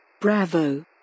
Bravo